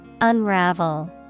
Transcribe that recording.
Unravel